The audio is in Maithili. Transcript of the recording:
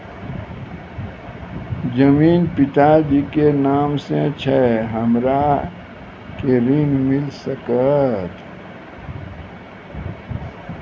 जमीन पिता जी के नाम से छै हमरा के ऋण मिल सकत?